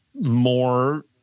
more